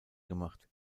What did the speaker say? gemacht